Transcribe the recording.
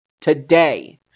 today